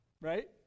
Right